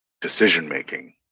decision-making